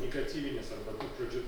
negatyvinės arba to žodžiu